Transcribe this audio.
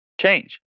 change